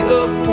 up